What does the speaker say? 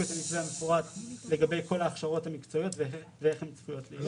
את המתווה המפורט לגבי כל ההכשרות המקצועיות ואיך הן צפויות להתבצע.